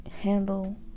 handle